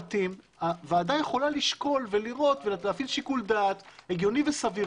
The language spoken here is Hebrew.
הוועדה יכולה להפעיל שיקול דעת הגיוני וסביר,